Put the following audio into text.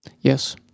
Yes